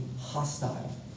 hostile